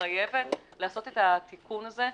חייבת לעשות את התיקון הזה.